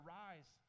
rise